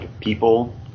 people